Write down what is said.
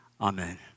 Amen